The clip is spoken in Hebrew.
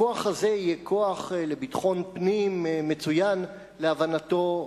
הכוח הזה יהיה כוח לביטחון פנים מצוין, להבנתו,